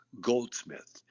Goldsmith